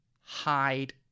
hide